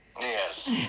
yes